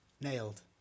nailed